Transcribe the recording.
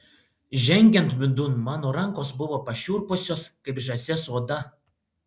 žengiant vidun mano rankos buvo pašiurpusios kaip žąsies oda